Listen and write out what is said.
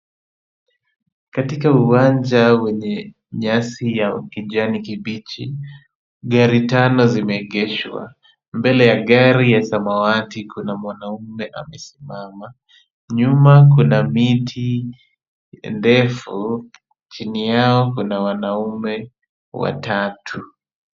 Katika uwanja wenye nyasi ya kijani kibichi, gari tano zimeegeshwa, mbele ya gari ya samawati kuna mwanamume amesimama, nyuma kuna miti ndefu, chini yao kuna wanaume watatu.